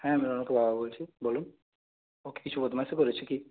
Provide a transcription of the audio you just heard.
হ্যাঁ আমি রৌনকের বাবা বলছি বলুন ও কি কিছু বদমাইশি করেছে কি